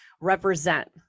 represent